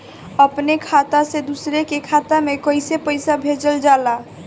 अपने खाता से दूसरे के खाता में कईसे पैसा भेजल जाला?